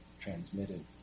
transmitted